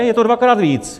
Je to dvakrát víc.